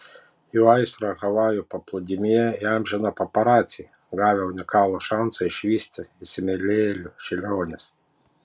jų aistrą havajų paplūdimyje įamžino paparaciai gavę unikalų šansą išvysti įsimylėjėlių šėliones